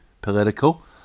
political